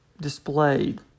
displayed